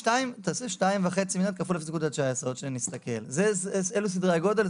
תעשה 2,500,000,000 ₪ כפול 0.19. אלו סדרי הגודל,